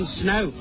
snow